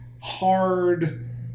hard